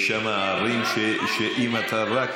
יש שם ערים שאם אתה רק